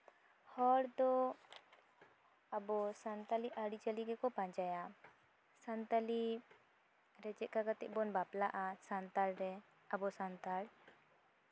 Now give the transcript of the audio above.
ᱦᱚᱲ ᱫᱚ ᱟᱵᱚ ᱥᱟᱱᱛᱟᱲᱤ ᱟᱹᱨᱤᱪᱟᱹᱞᱤ ᱜᱮᱠᱚ ᱯᱟᱸᱡᱟᱭᱟ ᱥᱟᱱᱛᱟᱲᱤ ᱨᱮ ᱪᱮᱫ ᱞᱮᱠᱟ ᱠᱟᱛᱮᱜ ᱵᱚᱱ ᱵᱟᱯᱞᱟᱜᱼᱟ ᱥᱟᱱᱛᱟᱲ ᱨᱮ ᱟᱵᱚ ᱥᱟᱱᱛᱟᱲ